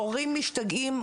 ההורים משתגעים,